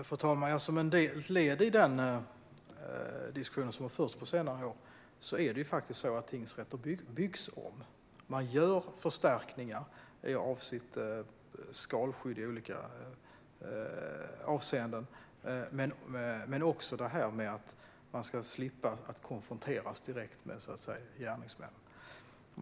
Fru talman! Som en följd av den diskussion som förts på senare år är det faktiskt så att tingsrätter byggs om. Det görs förstärkningar av skalskyddet i olika avseenden men också för att man ska slippa konfronteras direkt med gärningsmän.